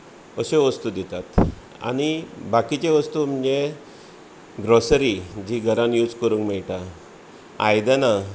अश्यो वस्तू दितात आनी बाकीच्यो वस्तू म्हणजे ग्रॉसरी जी घरांत यूज करूंक मेळटा आयदनां